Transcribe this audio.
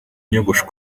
nyogosho